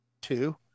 two